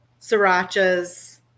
srirachas